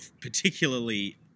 particularly